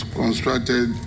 constructed